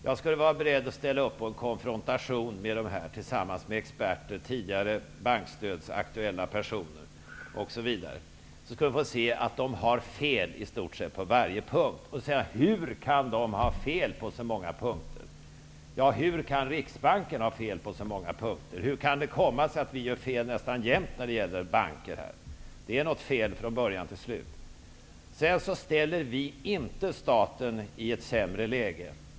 Jag skulle vara beredd att ställa upp på en konfrontation med dem tillsammans med experter, tidigare bankstödsaktuella personer, osv. så skulle vi få se att de har fel på i stort sett varje punkt. Hur kan de ha fel på så många punkter? Ja, hur kan Riksbanken ha fel på så många punkter? Hur kan det komma sig att vi gör fel nästan jämt när det gäller banker? Det är något fel från början till slut. Vi ställer inte staten i ett sämre läge.